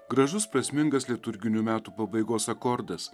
gražus prasmingas liturginių metų pabaigos akordas